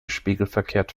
spiegelverkehrt